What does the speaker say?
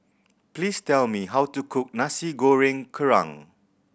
please tell me how to cook Nasi Goreng Kerang